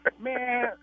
Man